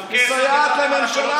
חוקי-היסוד,